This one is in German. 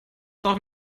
doch